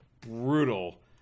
brutal